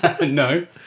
No